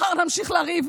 מחר נמשיך לריב,